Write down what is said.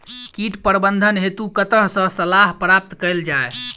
कीट प्रबंधन हेतु कतह सऽ सलाह प्राप्त कैल जाय?